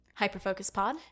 Hyperfocuspod